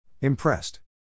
Impressed